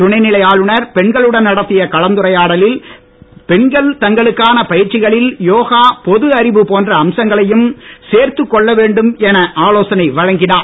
துணைநிலை ஆளுநர் பெண்களுடன் நடத்திய கலந்துரையாடலில் பெண்கள் தங்களுக்கான பயிற்சிகளில் யோகா பொது அறிவு போன்ற அம்சங்களையும் சேர்த்துக் கொள்ள வேண்டும் என ஆலோசனை நடத்தினார்